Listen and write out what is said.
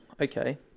okay